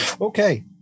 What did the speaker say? Okay